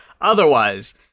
otherwise